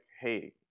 hey